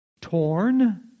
torn